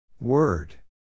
Word